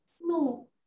No